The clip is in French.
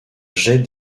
jet